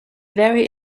very